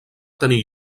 tenir